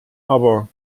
aber